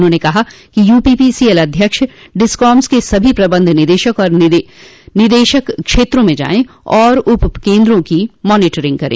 उन्होंने कहा कि यूपी पीसीएल अध्यक्ष डिस्काम्स के सभी प्रबंध निदेशक और निदेशक क्षेत्रों में जाये और उप केन्द्रों की मानीटरिंग करे